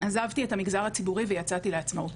עזבתי את המגזר הציבורי ויצאתי לעצמאות.